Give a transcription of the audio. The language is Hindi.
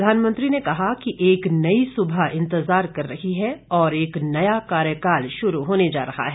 प्रधानमंत्री ने कहा कि एक नई सुबह इंतजार कर रही है और एक नया कार्यकाल शुरू होने जा रहा है